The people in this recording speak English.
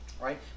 right